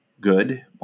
good